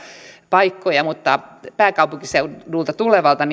paikkoja mutta pääkaupunkiseudulta tulevana